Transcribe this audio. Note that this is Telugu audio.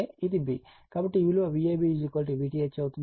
కాబట్టి ఈ విలువ VAB VTh అవుతుంది